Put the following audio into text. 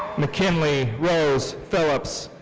mckinley rose phillips.